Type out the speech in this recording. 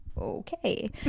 Okay